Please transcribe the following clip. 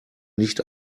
nicht